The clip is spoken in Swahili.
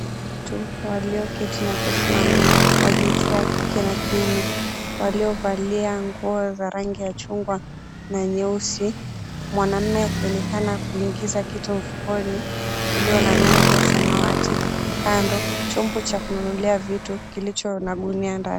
Watu walioketi na kusimama wa jinsia ya kike na kiume waliovalia nguo za rangi ya chungwa na nyeusi. Mwanamume akionekana kuingiza kitu mfukoni, uliyo na rangi ya samawati. Kando chombo cha kununulia vitu kilicho na gunia ndani.